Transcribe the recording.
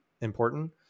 important